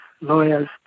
lawyers